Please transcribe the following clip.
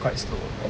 quite slow